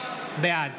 בעד